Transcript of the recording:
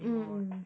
mm mm